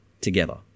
together